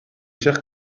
chers